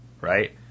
Right